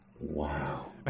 Wow